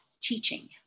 teaching